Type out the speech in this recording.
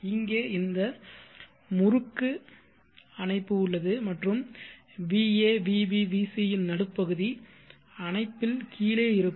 இங்கே இந்த முறுக்கு அணைப்பு உள்ளது மற்றும் va vb vc இன் நடுப்பகுதி அணைப்பில் கீழே இருக்கும்